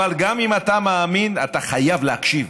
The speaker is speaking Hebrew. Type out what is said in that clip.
אבל גם אם אתה מאמין, אתה חייב להקשיב